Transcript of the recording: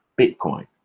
Bitcoin